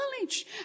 knowledge